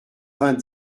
vingt